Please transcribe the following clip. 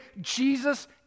Jesus